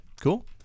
Cool